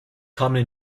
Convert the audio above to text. common